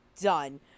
done